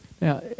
Now